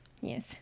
Yes